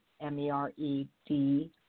M-E-R-E-D